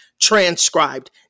transcribed